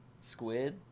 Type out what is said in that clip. Squid